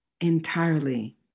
entirely